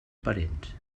parents